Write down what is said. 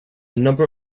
number